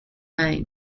name